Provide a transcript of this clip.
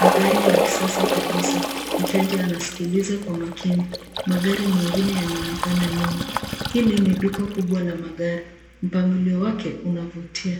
ni gari la kisasa kabisa. Mteja anasikiliza kwa makini. Magari mengine yanaonekana nyuma. Hili ni duka kubwa la magari. Mpangilio wake unavutia.